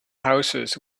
houses